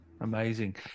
Amazing